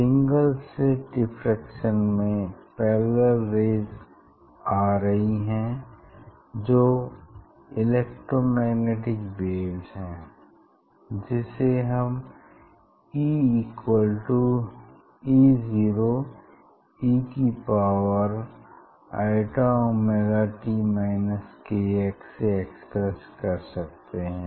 single slit diffraction में parallel rays आ रही हैं जो इलेक्ट्रो मैग्नेटिक वेव्स हैं जिसे हम EE0 e की पावर i से एक्सप्रेस कर सकते हैं